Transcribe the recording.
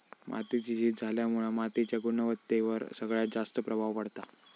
मातीची झीज झाल्यामुळा मातीच्या गुणवत्तेवर सगळ्यात जास्त प्रभाव पडता